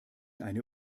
eine